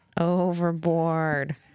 Overboard